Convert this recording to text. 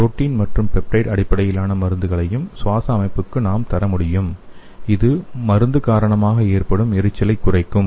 protein மற்றும் peptide அடிப்படையிலான மருந்துகளையும் சுவாச அமைப்புக்கு நாம் தர முடியும் இது மருந்து காரணமாக ஏற்படும் எரிச்சலைக் குறைக்கும்